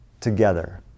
together